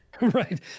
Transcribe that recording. Right